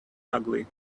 ugly